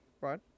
Right